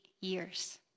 years